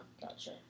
Gotcha